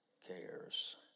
cares